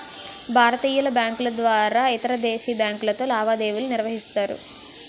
భారతీయ బ్యాంకుల ద్వారా ఇతరవిదేశీ బ్యాంకులతో లావాదేవీలు నిర్వహిస్తారు